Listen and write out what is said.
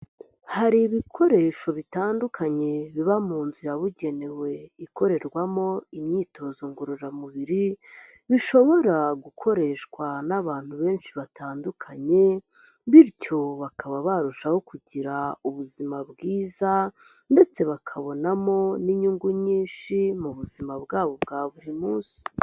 Hari ibikoresho bitandukanye biba mu nzu yabugenewe ikorerwamo imyitozo ngororamubiri bishobora gukoreshwa n'abantu benshi batandukanye bityo bakaba barushaho kugira ubuzima bwiza ndetse bakabonamo n'inyungu nyinshi mu buzima bwabo bwa buri munsi.